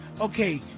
okay